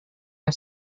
are